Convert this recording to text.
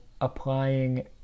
applying